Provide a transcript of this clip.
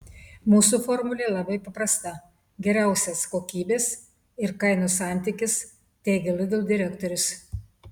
mūsų formulė labai paprasta geriausias kokybės ir kainos santykis teigė lidl direktorius